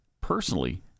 personally